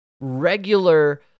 regular